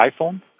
iPhone